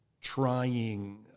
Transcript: trying